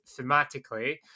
thematically